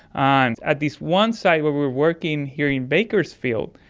ah and at this one site where we are working here in bakersfield,